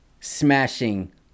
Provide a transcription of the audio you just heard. Smashing